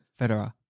Federer